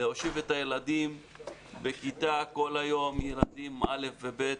להושיב את הילדים בכיתה כל היום עם מסכה ומדובר בילדים בכיתות א'-ב'.